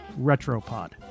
Retropod